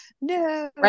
no